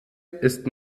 ist